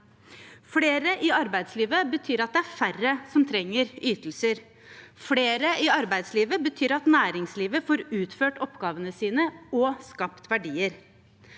Flere i arbeidslivet betyr at færre trenger ytelser. Flere i arbeidslivet betyr at næringslivet får utført oppgavene sine og skapt verdier.